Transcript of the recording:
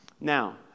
Now